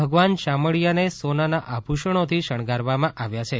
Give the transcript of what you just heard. ભગવાન શામળીયાને સોનાના આભૂષણોથી શણગારવામાં આવ્યાં છે